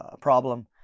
problem